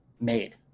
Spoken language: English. made